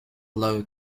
low